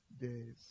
days